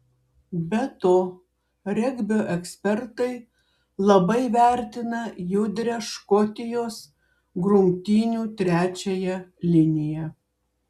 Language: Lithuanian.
be to regbio ekspertai labai vertina judrią škotijos grumtynių trečiąją liniją